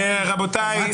רבותיי,